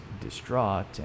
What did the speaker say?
distraught